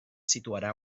situarà